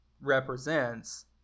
represents